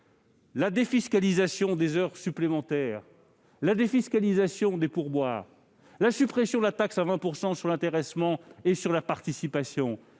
la défiscalisation des heures supplémentaires, la défiscalisation des pourboires, la suppression de la taxe à 20 % sur l'intéressement et sur la participation,